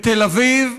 בתל אביב,